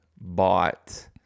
Bought